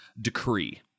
decree